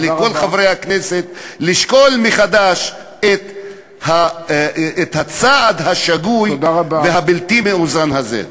ולכל חברי הכנסת לשקול מחדש את הצעד השגוי והבלתי-מאוזן הזה.